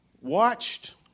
watched